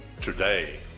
today